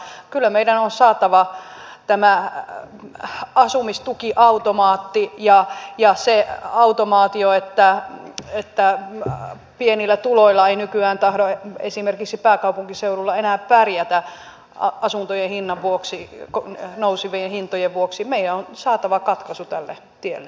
mutta kyllä meidän on saatava tähän asumistukiautomaattiin ja siihen automaatioon että pienillä tuloilla ei nykyään tahdo esimerkiksi pääkaupunkiseudulla enää pärjätä asuntojen nousevien hintojen vuoksi meidän on saatava katkaisu tälle tielle